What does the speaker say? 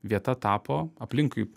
vieta tapo aplinkui